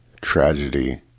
tragedy